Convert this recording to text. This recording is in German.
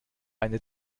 eine